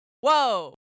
Whoa